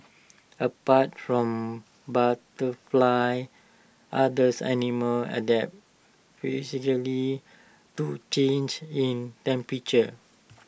apart from butterflies others animals adapt physically to changes in temperature